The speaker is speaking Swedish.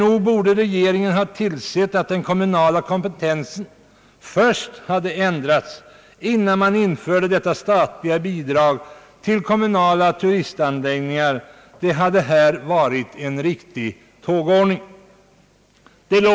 Nog borde regeringen ha tillsett att den kommunala kompetensen först hade ändrats, innan man införde detta statliga bidrag till kommunala turistanläggningar. Det hade varit en riktig tågordning.